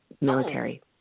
military